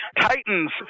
Titans